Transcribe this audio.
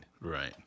Right